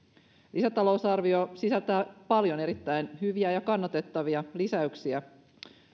lisätalousarvio sisältää paljon erittäin hyviä ja kannatettavia lisäyksiä